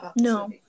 No